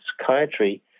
psychiatry